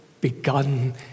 begun